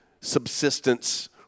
subsistence